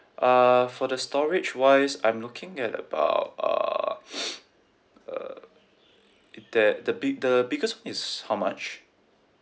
uh for the storage wise I'm looking at about uh uh it that the big~ the biggest one is how much